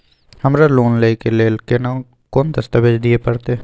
हमरा लोन लय के लेल केना कोन दस्तावेज दिए परतै?